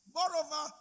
Moreover